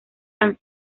han